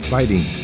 Fighting